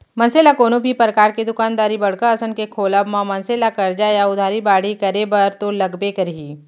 मनसे ल कोनो भी परकार के दुकानदारी बड़का असन के खोलब म मनसे ला करजा या उधारी बाड़ही करे बर तो लगबे करही